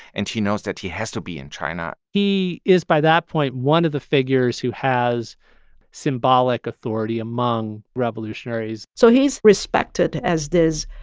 and he knows that he has to be in china he is, by that point, one of the figures who has symbolic authority among revolutionaries so he's respected as this